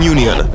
Union